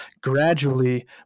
gradually